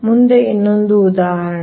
ಮುಂದೆ ಇದು ಇನ್ನೊಂದು ಉದಾಹರಣೆ